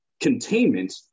containment